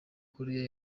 korea